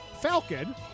Falcon